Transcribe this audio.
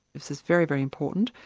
this is very, very important,